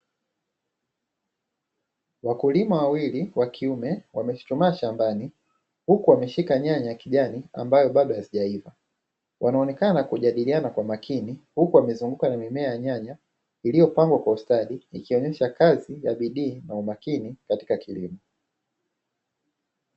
Wakulima wawili wa kiume wamechuchumaa shambani huku wameshika nyanya za kijani ambazo bado hazijaiva. Wanaonekana kujadiliana kwa makini huku wamezungukwa na mimea ya nyanya iliyopangwa kwa ustadi ikionyesha kazi za bidii na umakini katika kilimo.